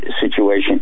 Situation